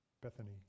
Bethany